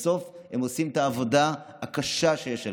בסוף הם עושים את העבודה הקשה שיש להם.